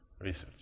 research